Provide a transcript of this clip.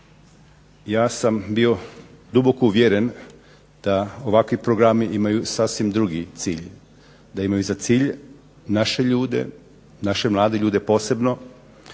ja sam bio duboko uvjeren da ovakvi programi imaju sasvim drugi cilj, da imaju za cilj naše ljude, naše mlade ljude posebno